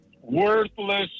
worthless